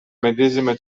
medesima